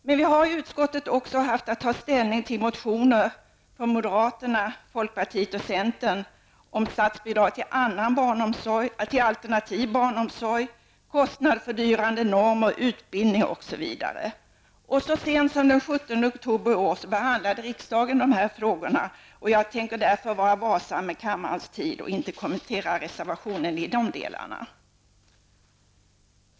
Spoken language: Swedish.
Men utskottet har också haft att ta ställning till motioner från moderaterna, folkpartiet och centern om statsbidrag till annan alternativ barnomsorg, kostnadsfördyrande normer, utbildning osv. Så sent som den 17 oktober i år behandlade riksdagen dessa frågor, och jag tänker därför vara varsam med kammarens tid och inte kommentera reservationen i dessa delar.